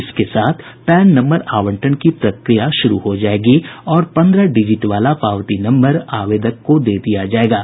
इसके साथ PAN number आवंटन की प्रक्रिया श्रू हो जाएगी है और पन्द्रह डिजिट वाला पावती नम्बर आवेदक को दे दिया जाएगा है